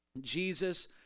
Jesus